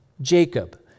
Jacob